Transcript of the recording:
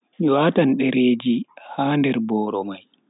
Mi watan dereji ha nder boro mai.